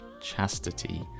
chastity